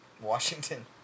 Washington